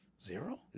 Zero